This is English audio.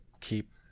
keep